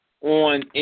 on